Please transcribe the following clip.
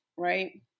Right